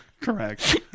Correct